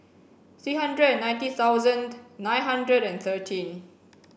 three hundred and ninety thousand nine hundred and thirteen